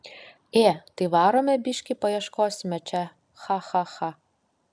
ė tai varome biškį paieškosime čia cha cha cha